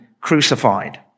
crucified